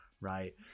Right